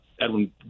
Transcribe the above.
Edwin